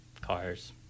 cars